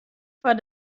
foar